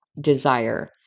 desire